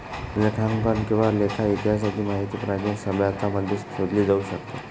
लेखांकन किंवा लेखा इतिहासाची माहिती प्राचीन सभ्यतांमध्ये शोधली जाऊ शकते